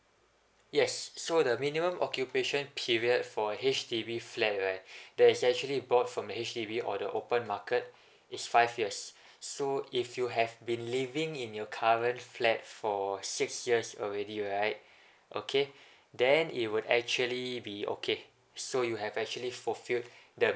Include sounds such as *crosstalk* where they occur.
yes so the minimum occupation period for an H_D_B flat right *breath* that is actually bought from H_D_B or the open market is five years so if you have been living in your current flat for six years already right okay then it would actually be okay so you have actually fulfilled the